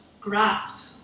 grasp